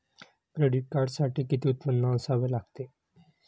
Credit कार्डसाठी किती उत्पन्न असावे लागते?